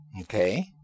Okay